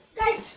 guys,